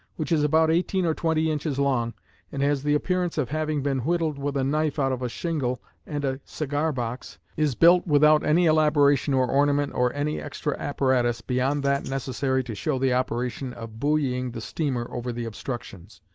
which is about eighteen or twenty inches long and has the appearance of having been whittled with a knife out of a shingle and a cigar-box, is built without any elaboration or ornament or any extra apparatus beyond that necessary to show the operation of buoying the steamer over the obstructions.